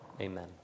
Amen